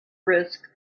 risk